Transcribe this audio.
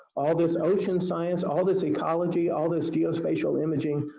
all this ocean science, all this ecology, all this geospatial imaging,